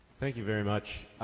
thank you very much.